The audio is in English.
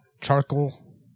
Charcoal